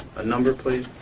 a number please?